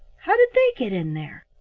how did they get in there?